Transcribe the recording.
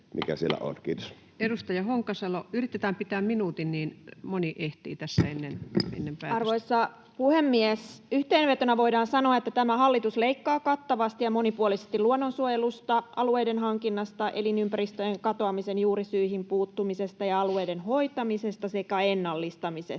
Maa- ja metsätalousministeriön hallinnonala Time: 17:42 Content: Arvoisa puhemies! Yhteenvetona voidaan sanoa, että tämä hallitus leikkaa kattavasti ja monipuolisesti luonnonsuojelusta, alueiden hankinnasta, elinympäristöjen katoamisen juurisyihin puuttumisesta ja alueiden hoitamisesta sekä ennallistamisesta.